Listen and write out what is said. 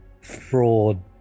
fraud